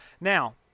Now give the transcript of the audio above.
Now